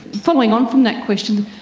following on from that question,